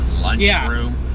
lunchroom